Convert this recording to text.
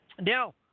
now